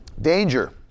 Danger